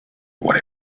what